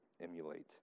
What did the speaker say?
emulate